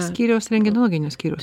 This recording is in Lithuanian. skyriaus rentgenologinio skyriaus